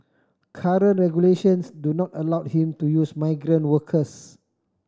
current regulations do not allow him to use migrant workers